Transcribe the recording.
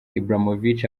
ibrahimovic